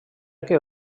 que